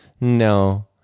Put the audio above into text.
no